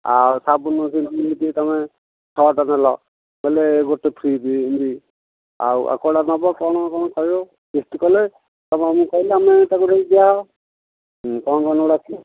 ଆଉ ସାବୁନ ସେମିତି ଯଦି ତୁମେ ଛଅଟା ନେଲ ବୋଲେ ଗୋଟେ ଫ୍ରି ବି ଏମିତି ଆଉ ଆଉ କୋଉଟା ନେବ କ'ଣ କ'ଣ କହିବ ଲିଷ୍ଟ କଲେ ତ କହିଲେ ଆମେ ତାକୁ ନେଇକି ଦିଆ ହେବ କଣ କ'ଣ ନେବ